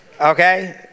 Okay